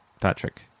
Patrick